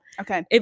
Okay